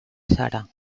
sara